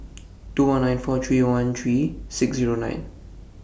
two one nine four three one three six Zero nine